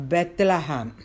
Bethlehem